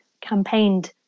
campaigned